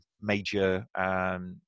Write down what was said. major